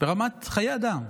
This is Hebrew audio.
ברמת חיי אדם.